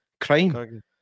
crime